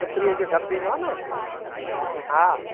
सिपिरीअ जो ढकु ईंदो आ न हा